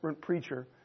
preacher